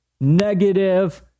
negative